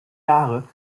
jahre